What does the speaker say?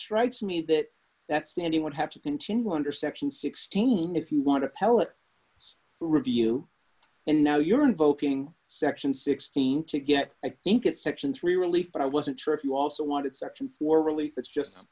strikes me that that's the end you would have to continue under section sixteen if you want to pellet review and now you're invoking section sixteen to get i think it sections were released but i wasn't sure if you also wanted section four really it's just